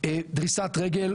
דריסת רגל,